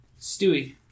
Stewie